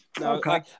Okay